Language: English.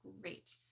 great